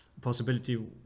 possibility